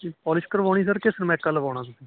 ਤੁਸੀਂ ਪੋਲਿਸ਼ ਕਰਵਾਉਣੀ ਸਰ ਕਿ ਸਨਮੈਕਾ ਲਵਾਉਣਾ ਤੁਸੀਂ